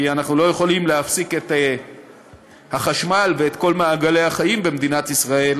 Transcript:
כי אנחנו לא יכולים להפסיק את החשמל ואת כל מעגלי החיים במדינת ישראל,